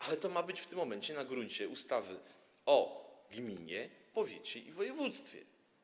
Ale to ma być w tym momencie na gruncie ustawy o gminie, powiecie i województwie.